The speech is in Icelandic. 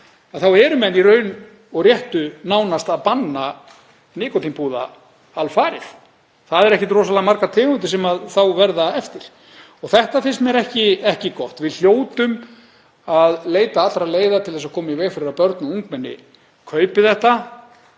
þá séu menn í raun og réttu nánast að banna nikótínpúða alfarið. Það eru ekkert rosalega margar tegundir sem þá verða eftir. Þetta finnst mér ekki gott. Við hljótum að leita allra leiða til að koma í veg fyrir að börn og ungmenni kaupi þetta.